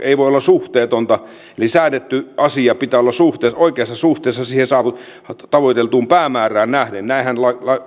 ei voi olla suhteetonta eli säädetyn asian pitää olla oikeassa suhteessa siihen tavoiteltuun päämäärään nähden näinhän